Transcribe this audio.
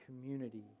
community